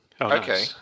Okay